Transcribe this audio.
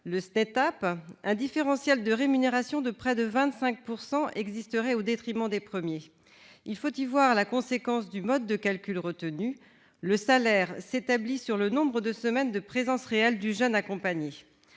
le SNETAP, un différentiel de rémunération de près de 25 % existerait au détriment des premiers. Il faut y voir la conséquence du mode de calcul retenu : le salaire s'établit sur le nombre de semaines de présence réelle du jeune accompagné.